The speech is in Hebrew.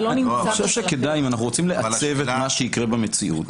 אם אנחנו רוצים לעצב את מה שיקרה במציאות,